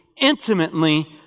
intimately